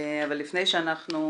אבל לפני שאנחנו